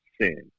sin